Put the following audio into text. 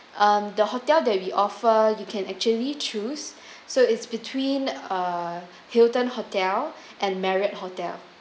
um the hotel that we offer you can actually choose so it's between err Hilton hotel and Marriott hotel